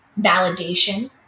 validation